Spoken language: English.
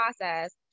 process